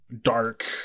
dark